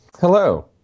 Hello